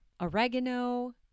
oregano